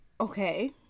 okay